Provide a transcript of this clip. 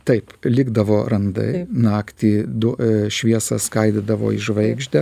taip likdavo randai naktį du šviesą skaidydavo į žvaigždę